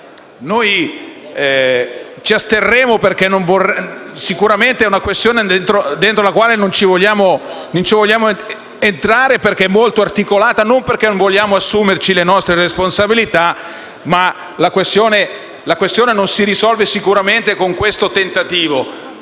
Noi ci asterremo perché sicuramente è una questione all'interno della quale non vogliamo entrare, essendo molto articolata, e non perché non vogliamo assumerci le nostre responsabilità. Ma la questione non si risolve sicuramente con questo tentativo.